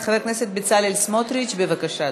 חבר הכנסת בצלאל סמוטריץ, בבקשה,